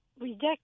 reject